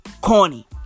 corny